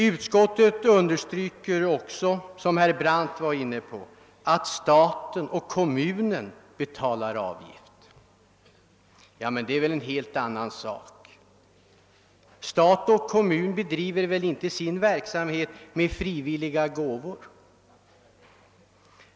Utskottet understryker också, vilket herr Brandt var inne på, att staten och kommunen betalar avgift. Men det är väl en helt annan sak! Stat och kommun bedriver inte sin verksamhet med frivilliga gåvor.